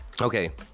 Okay